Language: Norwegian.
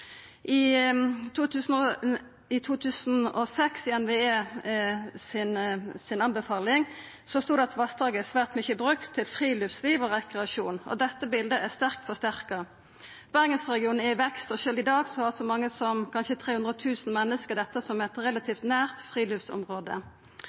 I NVE si anbefaling i 2006 stod det at vassdraget «er svært mye brukt til friluftsliv og rekreasjon». Dette bildet er sterkt forsterka. Bergensregionen er i vekst, og sjølv i dag har så mange som kanskje 300 000 menneske dette som